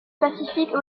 pacifique